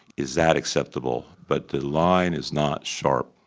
is that acceptable? but the line is not sharp.